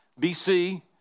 BC